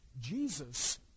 Jesus